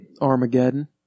Armageddon